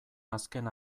azken